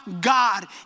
God